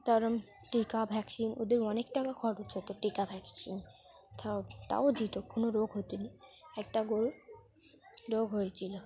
তা ওরকম টিকা ভ্যাকসিন ওদের অনেক টাকা খরচ হতো টিকা ভ্যাকসিনে তাও তাও দিত কোনো রোগ হতোনি একটা গরুর রোগ হয়েছিল